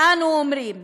ואנו אומרים